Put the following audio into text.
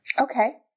Okay